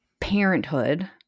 Parenthood